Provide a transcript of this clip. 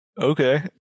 okay